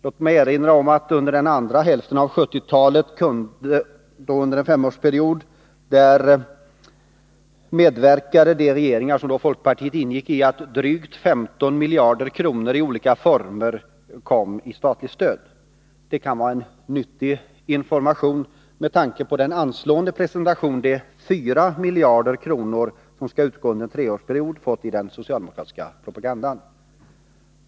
Låt mig erinra om att under en femårsperiod under andra hälften av 1970-talet medverkade de regeringar som folkpartiet ingick i till att drygt 15 miljarder kronor i olika former lämnades i statligt stöd. Det kan vara en nyttig information, med tanke på den anslående presentation som de 4 miljarder kronor som nu skall utgå under en treårsperiod har fått i den socialdemokratiska propagandan.